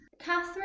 Catherine